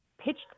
pitched